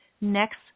next